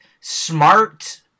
smart